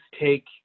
take